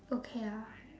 okay lah